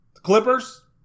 Clippers